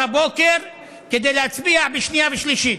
כדי להצביע בשנייה ושלישית.